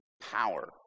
power